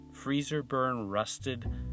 freezer-burn-rusted